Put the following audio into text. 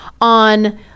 on